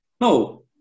No